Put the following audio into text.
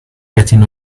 getting